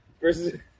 Versus